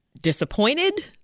disappointed